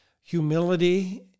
humility